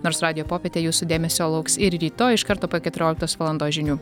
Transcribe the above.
nors radijo popietė jūsų dėmesio lauks ir rytoj iš karto po keturioliktos valandos žinių